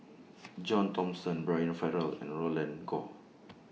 John Thomson Brian Farrell and Roland Goh